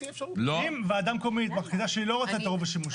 אבל אם ועדה מקומית לא רוצה שיהיה עירוב שימושים,